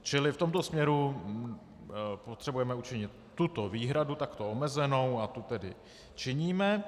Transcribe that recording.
Čili v tomto směru potřebujeme učinit tuto výhradu takto omezenou a tu tedy činíme.